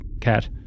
cat